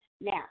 Now